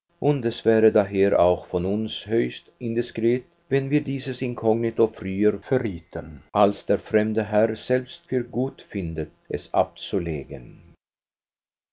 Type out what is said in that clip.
und es wäre daher auch von uns höchst indiskret wenn wir dieses inkognito früher verrieten als der fremde herr selbst für gut findet es abzulegen